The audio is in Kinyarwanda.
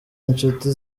inshuti